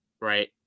right